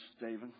David